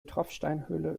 tropfsteinhöhle